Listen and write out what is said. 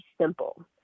simple